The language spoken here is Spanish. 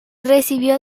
recibió